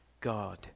God